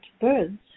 birds